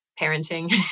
parenting